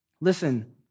Listen